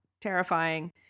terrifying